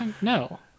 No